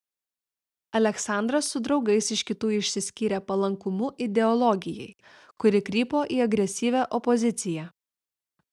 aleksandras su draugais iš kitų išsiskyrė palankumu ideologijai kuri krypo į agresyvią opoziciją